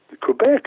Quebec